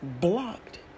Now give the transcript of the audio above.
Blocked